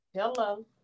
Hello